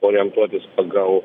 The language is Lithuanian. orientuotis pagal